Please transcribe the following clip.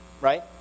Right